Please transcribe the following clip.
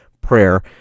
prayer